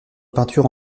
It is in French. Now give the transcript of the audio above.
peintures